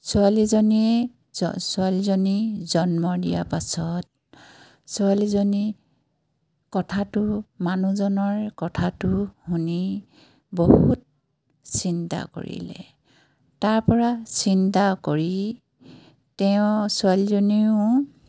ছোৱালীজনীয়ে ছোৱালীজনী জন্ম দিয়াৰ পাছত ছোৱালীজনী কথাটো মানুহজনৰ কথাটো শুনি বহুত চিন্তা কৰিলে তাৰপৰা চিন্তা কৰি তেওঁ ছোৱালীজনীও